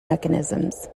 mechanisms